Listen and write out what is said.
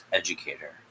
educator